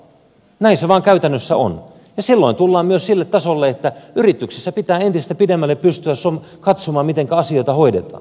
näin se vain käytännössä on ja silloin tullaan myös sille tasolle että yrityksissä pitää entistä pidemmälle pystyä katsomaan mitenkä asioita hoidetaan